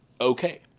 okay